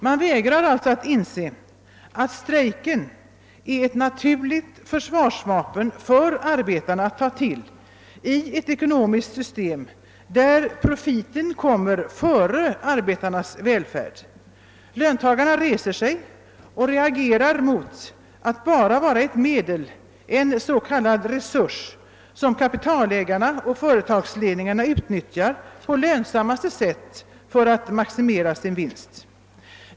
Man vägrar alltså att inse att strejken är ett naturligt försvarsvapen för arbetarna att ta till i ett ekonomiskt system där profiten kommer före arbetarnas välfärd. Löntagarna reser sig och reagerar mot att bara vara ett medel, en s.k. resurs, som kapitalägarna och företagsledningarna utnyttjar på lönsammaste sätt för att maximera sin vinst.